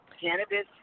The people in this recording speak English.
cannabis